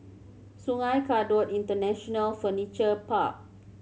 Sungei Kadut International Furniture Park